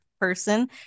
person